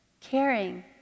caring